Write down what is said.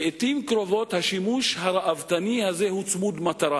לעתים קרובות השימוש הראוותני הזה הוא צמוד-מטרה